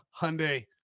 Hyundai